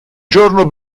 giorno